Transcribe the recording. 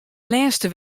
lêste